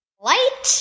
Light